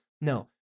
No